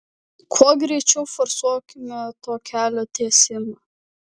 kuo greičiau forsuokime to kelio tiesimą